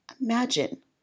Imagine